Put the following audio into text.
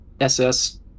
SS